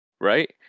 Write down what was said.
Right